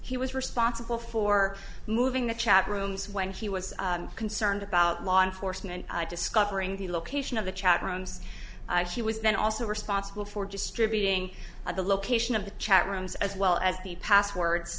he was responsible for moving the chat rooms when he was concerned about law enforcement discovering the location of the chat rooms she was then also responsible for distributing the location of the chat rooms as well as the passwords